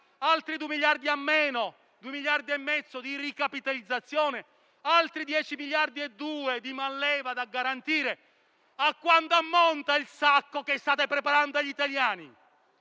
almeno altri due miliardi e mezzo di ricapitalizzazione, altri 10,2 miliardi di manleva da garantire. A quanto ammonta il sacco che state preparando agli italiani?